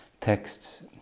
texts